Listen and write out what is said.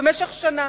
למשך שנה.